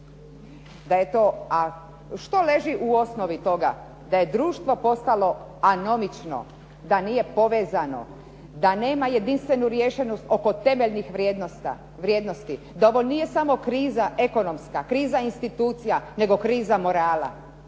što leži u osnovi toga, da je društvo postalo anomično. Da nije povezano, da nema jedinstvenu riješenost oko temeljnih vrijednosti, da ovo nije samo ekonomska kriza, kriza institucija, nego kriza morala.